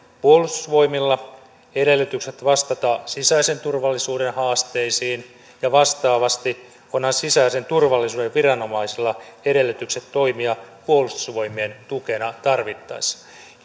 puolustusvoimilla edellytykset vastata sisäisen turvallisuuden haasteisiin ja vastaavasti onhan sisäisen turvallisuuden viranomaisilla edellytykset toimia puolustusvoimien tukena tarvittaessa